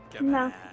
No